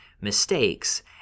mistakes